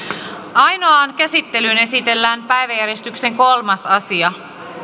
ainoaan käsittelyyn esitellään päiväjärjestyksen kolmas asia